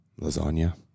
Lasagna